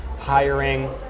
hiring